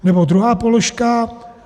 Nebo druhá položka.